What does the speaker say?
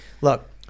look